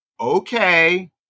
okay